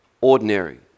ordinary